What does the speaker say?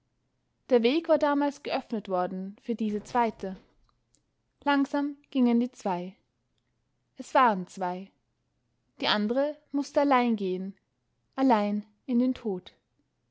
der weg war damals geöffnet worden für diese zweite langsam gingen die zwei es waren zwei die andre mußte allein gehen allein in den tod